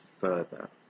further